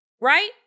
right